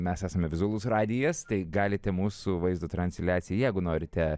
mes esame vizualus radijas tai galite mūsų vaizdo transliaciją jeigu norite